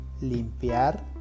Limpiar